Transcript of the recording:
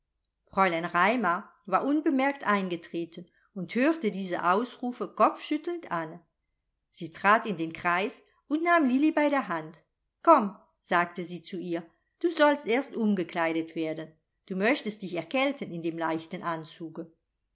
fräulein raimar war unbemerkt eingetreten und hörte diese ausrufe kopfschüttelnd an sie trat in den kreis und nahm lilli bei der hand komm sagte sie zu ihr du sollst erst umgekleidet werden du möchtest dich erkälten in dem leichten anzuge